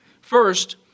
First